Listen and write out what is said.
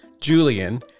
Julian